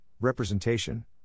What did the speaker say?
representation